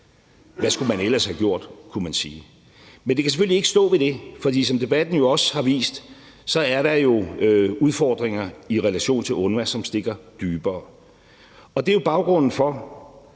Hvad skulle man ellers have gjort? kunne man sige. Det kan selvfølgelig ikke blive ved det, for som debatten jo også har vist, er der udfordringer i relation til UNRWA, som stikker dybere, og det er jo baggrunden for,